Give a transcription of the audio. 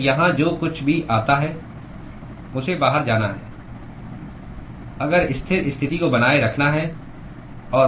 तो यहाँ जो कुछ भी आता है उसे बाहर जाना है अगर स्थिर स्थिति को बनाए रखना है